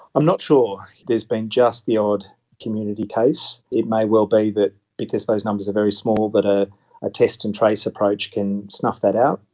i'm not sure. there has been just the odd community case. it may well be that because those numbers are very small, that ah a test and trace approach can snuff that out,